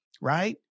right